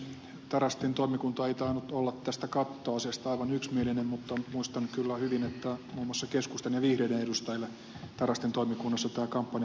tarastin toimikunta ei tainnut olla tästä kattoasiasta aivan yksimielinen mutta muistan kyllä hyvin että muun muassa keskustan ja vihreiden edustajille tarastin toimikunnassa tämä kampanjakatto kävi